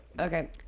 Okay